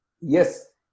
yes